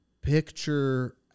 picture